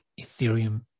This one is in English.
Ethereum